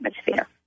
atmosphere